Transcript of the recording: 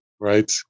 right